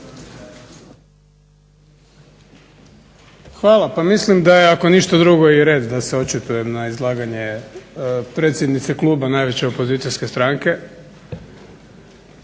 Hvala. Pa mislim da je ako ništa drugo i red da se očitujem na izlaganje predsjednice kluba najveće opozicijske stranke.